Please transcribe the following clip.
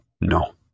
no